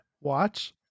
watch